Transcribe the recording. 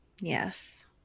Yes